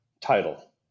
title